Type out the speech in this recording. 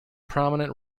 prominent